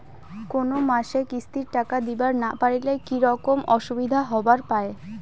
কোনো মাসে কিস্তির টাকা দিবার না পারিলে কি রকম অসুবিধা হবার পায়?